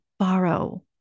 Borrow